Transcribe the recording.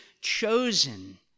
chosen